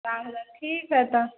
नओ हजार ठीक हइ तब